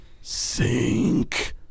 sink